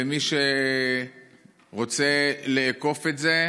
ומי שרוצה לאכוף את זה,